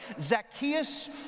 Zacchaeus